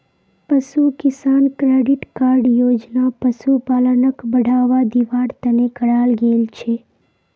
पशु किसान credit card योजना पशुपालनक बढ़ावा दिवार तने कराल गेल छे